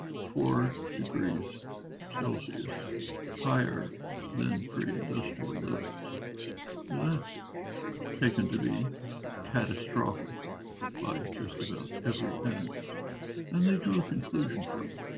four degrees celsius higher than pre-industrial levels that's taken to be catastrophic by just about every analyst and they drew a conclusion from it.